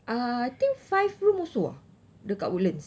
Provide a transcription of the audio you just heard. uh I think five room also ah dekat woodlands